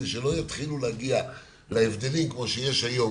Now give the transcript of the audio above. כדי שלא יתחילו להגיע להבדלים כמו שיש היום.